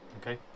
Okay